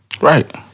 Right